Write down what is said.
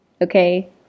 okay